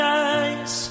eyes